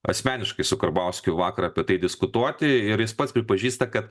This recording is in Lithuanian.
asmeniškai su karbauskiu vakar apie tai diskutuoti ir jis pats pripažįsta kad